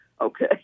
okay